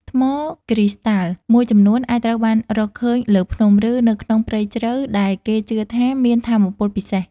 ថ្មគ្រីស្តាល់មួយចំនួនអាចត្រូវបានរកឃើញលើភ្នំ ឬនៅក្នុងព្រៃជ្រៅ ដែលគេជឿថាមានថាមពលពិសេស។